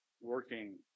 Working